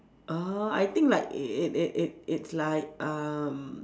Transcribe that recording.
err I think like it it it it it's like um